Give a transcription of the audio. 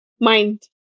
mind